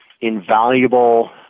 invaluable